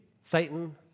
Satan